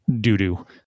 doo-doo